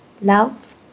Love